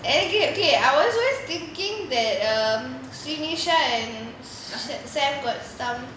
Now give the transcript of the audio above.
எனக்கு:enakku okay okay I was thinking that um shrinisha and sam got some